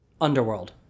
Underworld